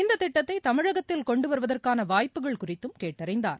இந்த திட்டத்தை தமிழகத்தில் கொண்டுவருவதற்கான வாய்ப்புகள் குறித்தும் கேட்டறிந்தார்